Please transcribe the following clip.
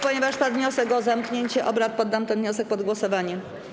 Ponieważ padł wniosek o zamknięcie obrad, poddam ten wniosek pod głosowanie.